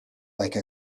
like